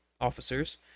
officers